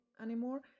anymore